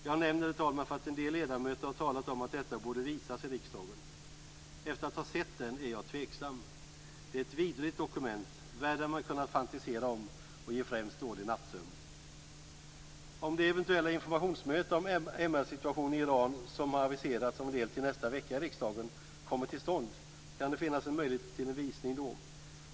Jag nämner det, herr talman, för att en del ledamöter har talat om att detta borde visas i riksdagen. Efter att ha sett den är jag tveksam. Den är ett vidrigt dokument, värre än man kunnat fantisera om, och ger främst dålig nattsömn. Om det eventuella informationsmöte om MR-situationen i Iran som har aviserats till nästa vecka i riksdagen kommer till stånd kan det finnas en möjlighet till en visning då.